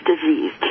disease